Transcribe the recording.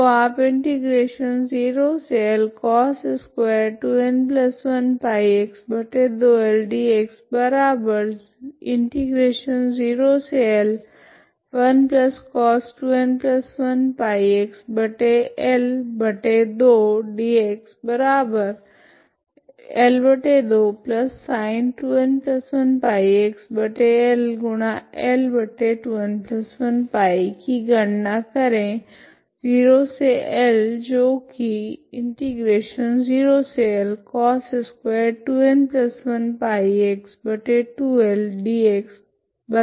तो आप की गणना करे 0 से L जो की है